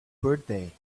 birthday